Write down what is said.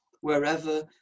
wherever